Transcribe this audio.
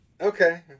Okay